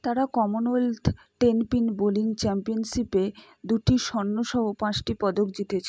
তারা Commonwealth tenpin bowling চ্যাম্পিয়নশিপে দুটি স্বর্ণ সহ পাঁচটি পদক জিতেছে